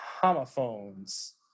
homophones